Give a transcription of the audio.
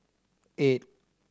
eight